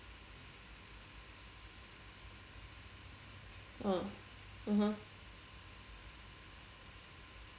uh (uh huh)